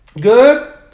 Good